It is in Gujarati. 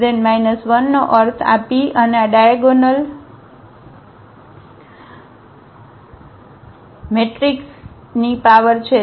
PDP 1 નો અર્થ આ p અને આ ડાયાગોનલ મેટ્રિક્સની પાવર